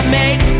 make